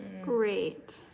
Great